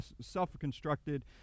self-constructed